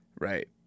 Right